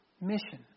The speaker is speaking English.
mission